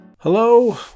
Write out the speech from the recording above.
Hello